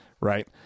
right